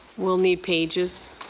we'll need pages.